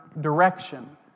direction